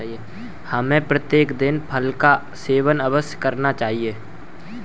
हमें प्रतिदिन एक फल का सेवन अवश्य करना चाहिए